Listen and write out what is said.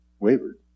Wavered